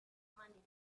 money